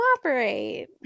cooperate